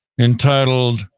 entitled